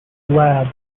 labs